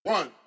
One